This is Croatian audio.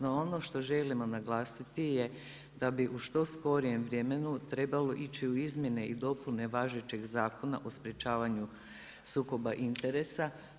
No, ono što želimo naglasiti je da bi u što skorijem vremenu trebalo ići u izmjene i dopune važećeg Zakona o sprječavanju sukoba interesa.